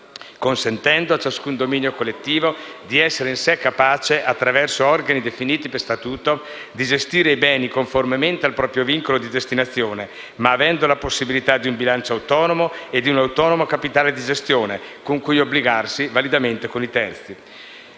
consentendo a ciascun dominio collettivo di essere in sé capace, attraverso organi definiti per statuto, di gestire i beni conformemente al proprio vincolo di destinazione, ma avendo la possibilità di un bilancio autonomo e di un autonomo capitale di gestione, con cui obbligarsi validamente con i terzi.